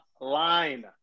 line